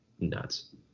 nuts